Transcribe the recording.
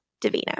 Davina